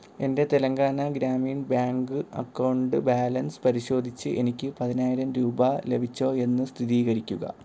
എൻ്റെ Telangana Grameen bank account balance പരിശോധിച്ച് എനിക്ക് പതിനായിരം രൂപ ലഭിച്ചോ എന്ന് സ്ഥിതീകരിക്കുക